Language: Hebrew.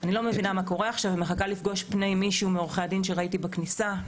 אני שמחה מאוד לפתוח את הדיון החשוב הזה היום.